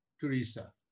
Teresa